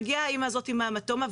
מגיעה האמא הזאת עם ההמטומה,